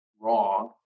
wrong